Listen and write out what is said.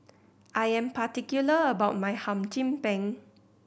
I am particular about my Hum Chim Peng